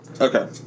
Okay